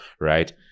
right